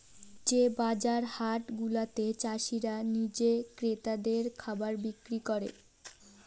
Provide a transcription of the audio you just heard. যে বাজার হাট গুলাতে চাষীরা নিজে ক্রেতাদের খাবার বিক্রি করে